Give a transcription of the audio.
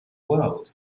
world